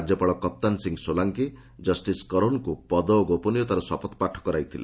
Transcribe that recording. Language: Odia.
ରାଜ୍ୟପାଳ କପ୍ତାନ ସିଂ ସୋଲାଙ୍କି ଜଷ୍ଟିସ୍ କରୋଲ୍ଙ୍କୁ ପଦ ଓ ଗୋପନୀୟତାର ଶପଥପାଠ କରାଇଥିଲେ